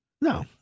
No